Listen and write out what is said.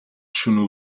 шөнө